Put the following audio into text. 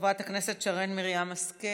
חברת הכנסת שרן מרים השכל,